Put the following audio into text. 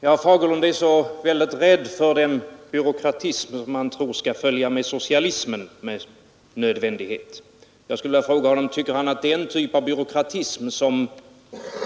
Herr talman! Herr Fagerlund är så väldigt rädd för den byråkratism som han tror med nödvändighet skall följa med socialismen. Jag vill fråga om han tycker att den typ av byråkratism, som